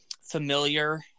familiar